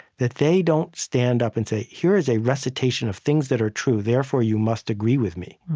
that they don't stand up and say, here is a recitation of things that are true, therefore you must agree with me.